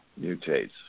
mutates